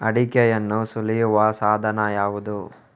ಅಡಿಕೆಯನ್ನು ಸುಲಿಯುವ ಸಾಧನ ಯಾವುದು?